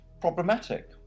problematic